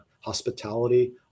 hospitality